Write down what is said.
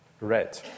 red